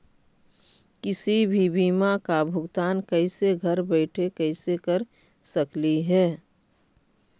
किसी भी बीमा का भुगतान कैसे घर बैठे कैसे कर स्कली ही?